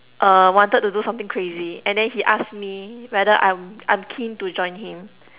err wanted to do something crazy and then he asked me whether I'm I'm keen to join him